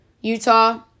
Utah